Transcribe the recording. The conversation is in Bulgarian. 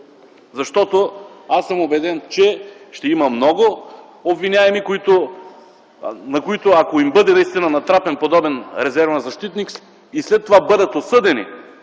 защита. Аз съм убеден, че ще има много обвиняеми, на които ако им бъде наистина натрапен подобен резервен защитник и след това бъдат осъдени